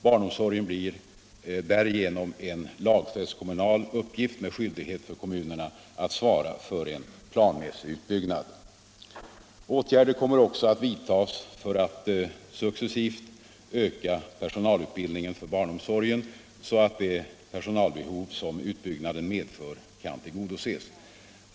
Barnomsorgen blir därigenom en lagfäst kommunal uppgift med skyldighet för kommunerna att svara för en planmässig utbyggnad. Åtgärder kommer också att vidtas för att successivt öka personalutbildningen för barnomsorgen så att det personalbehov som utbyggnaden medför kan tillgodoses.